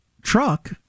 truck